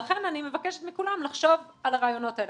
לכן אני מבקשת מכולם לחשוב על הרעיונות האלה.